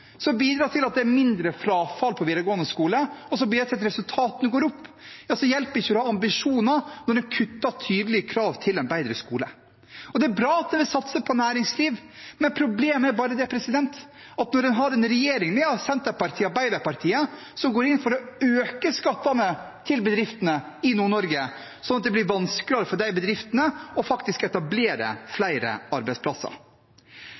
som bidrar til at det er mindre frafall fra videregående skole, og som bidrar til at resultatene går opp – så hjelper det ikke å ha ambisjoner, når en kutter tydelige krav til en bedre skole. Det er bra at en vil satse på næringsliv, men problemet er bare det at en har en regjering med Senterpartiet og Arbeiderpartiet som går inn for å øke skattene til bedriftene i Nord-Norge, slik at det blir vanskeligere for de bedriftene å faktisk etablere